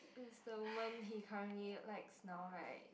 that's the woman he currently likes now right